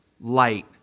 light